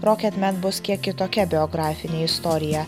roket men bet bus kiek kitokia biografinė istorija